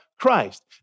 Christ